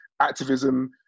activism